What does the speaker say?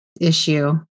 issue